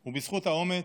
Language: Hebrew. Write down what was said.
הוא בזכות האומץ,